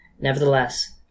Nevertheless